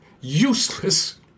useless